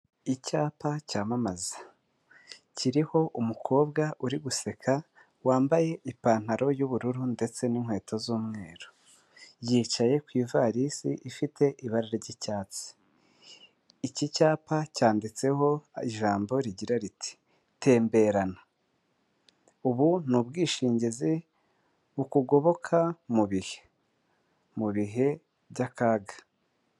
Icyapa cyamamaza, kiriho umukobwa uri guseka wambaye ipantaro y'ubururu ndetse n'inkweto z'umweru, yicaye ku ivarisi ifite ibara ry'icyatsi, iki cyapa cyanditseho ijambo rigira riti:'' temberana''. Ubu ni ubwishingizi bukugoboka mu bihe, mu bihe by'akaga.